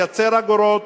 תייצר אגורות,